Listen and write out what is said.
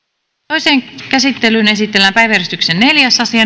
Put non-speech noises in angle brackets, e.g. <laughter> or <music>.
toiseen käsittelyyn esitellään päiväjärjestyksen neljäs asia <unintelligible>